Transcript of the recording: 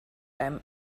einem